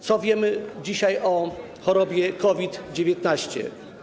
Co wiemy dzisiaj o chorobie COVID-19?